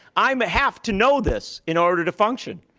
i um have to know this in order to function.